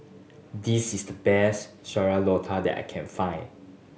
this is the best sayur that I can find